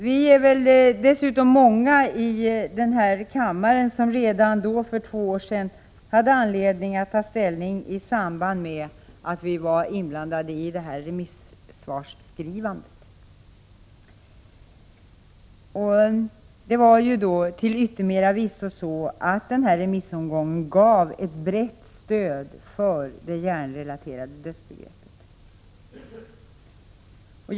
Vi är väl dessutom många i den här kammaren som redan för två år sedan hade anledning att ta ställning i samband med att vi var inblandade i remissvarsskrivandet. Den remissomgången gav, till yttermera visso, ett brett stöd för det hjärnrelaterade dödsbegreppet.